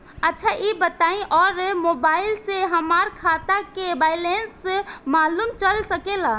अच्छा ई बताईं और मोबाइल से हमार खाता के बइलेंस मालूम चल सकेला?